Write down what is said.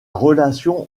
relation